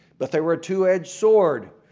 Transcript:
but they were a two-edged sword,